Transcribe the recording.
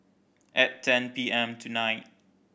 at ten P M tonight